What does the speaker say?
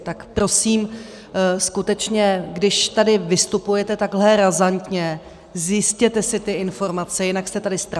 Tak prosím, skutečně když tady vystupujete takhle razantně, zjistěte si ty informace, jinak se tady ztrapňujete!